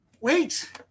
Wait